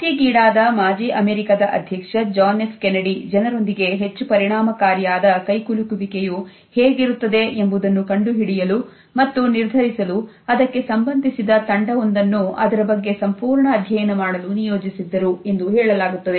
ಹತ್ಯೆಗೀಡಾದ ಮಾಜಿ ಅಮೆರಿಕದ ಅಧ್ಯಕ್ಷ John F Kennedy ಜನರೊಂದಿಗೆ ಹೆಚ್ಚು ಪರಿಣಾಮಕಾರಿಯಾದ ಕೈಕುಲುಕುವಿಕೆಯು ಹೇಗಿರುತ್ತದೆ ಎಂಬುದನ್ನು ಕಂಡುಹಿಡಿಯಲು ಮತ್ತು ನಿರ್ಧರಿಸಲು ಅದಕ್ಕೆ ಸಂಬಂಧಿಸಿದ ತಂಡವೊಂದನ್ನು ಅದರ ಬಗ್ಗೆ ಸಂಪೂರ್ಣ ಅಧ್ಯಯನ ಮಾಡಲು ನಿಯೋಜಿಸಿದ್ದ ಎಂದು ಹೇಳಲಾಗುತ್ತದೆ